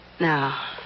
Now